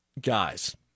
Guys